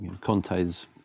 Conte's